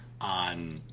on